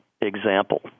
example